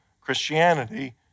Christianity